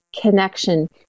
connection